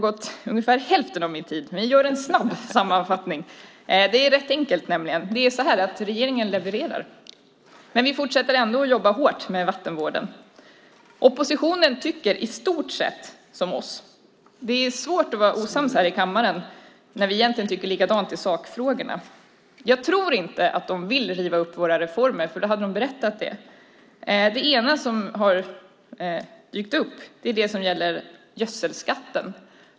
Låt mig göra en snabb sammanfattning - det är nämligen ganska enkelt. Regeringen levererar, men vi fortsätter ändå att jobba hårt med vattenvården. Oppositionen tycker i stort sett som vi. Det är svårt att vara osams i kammaren när vi egentligen tycker likadant i sakfrågorna. Jag tror inte att de vill riva upp våra reformer; då hade de berättat det. Det ena som har dykt upp är det som gäller gödselskatten.